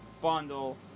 bundle